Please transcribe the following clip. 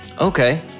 Okay